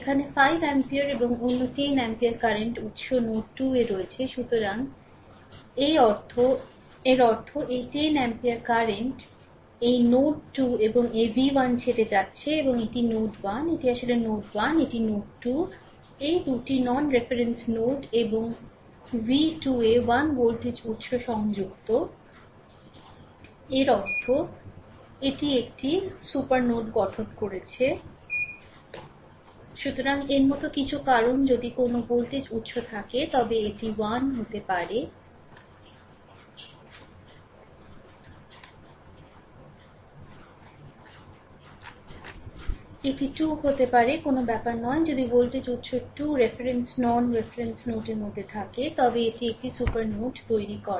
এখানে 5 অ্যাম্পিয়ার এবং অন্য 10 অ্যাম্পিয়ার কারেন্ট উৎস নোড 2 এ রয়েছে সুতরাং এর অর্থ এই 10 অ্যাম্পিয়ার কারেন্ট এই নোড 2 এবং এইv1 ছেড়ে যাচ্ছে এবং এটি নোড 1 এটি আসলে নোড 1 এটি আসলে নোড 2 এই 2 টি নন রেফারেন্স নোড এবং v2 এ 1 ভোল্টেজ উত্স সংযুক্ত এর অর্থ এটি একটি সুপার নোড গঠন করছে সুতরাং এর মতো কিছু কারণ যদি কোনও ভোল্টেজ উৎস থাকে তবে এটি 1 হতে পারে এটি 2 হতে পারে কোনও ব্যাপার নয় যদি ভোল্টেজ উৎস 2 রেফারেন্স নন রেফারেন্স নোডের মধ্যে থাকে তবে এটি একটি সুপার নোড তৈরি করে